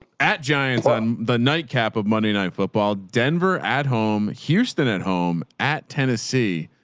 at giants on the nightcap of monday night football, denver at home houston at home at tennessee.